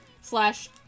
slash